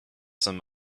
some